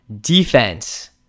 defense